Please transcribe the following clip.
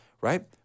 right